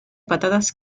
patatas